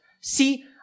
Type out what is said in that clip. See